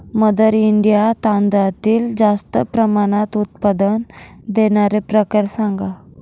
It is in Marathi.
मदर इंडिया तांदळातील जास्त प्रमाणात उत्पादन देणारे प्रकार सांगा